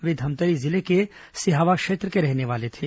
वे धमतरी जिले के सिहावा क्षेत्र के रहने वाले थे